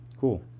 Cool